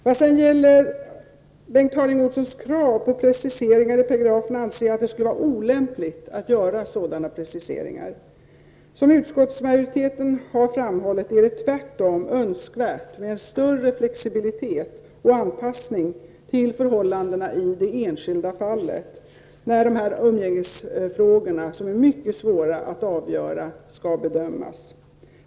När det gäller Bengt Harding Olsons krav på preciseringar i paragrafen anser jag att det skulle vara olämpligt att göra sådana preciseringar. Som utskottsmajoriteten har framhållit är det tvärtom önskvärt med en större flexibilitet och anpassning till förhållandena i det enskilda fallet när umgängesfrågor, som är mycket svåra att avgöra, skall bedömas.